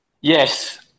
Yes